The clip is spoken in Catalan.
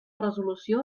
resolució